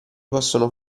possono